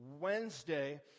Wednesday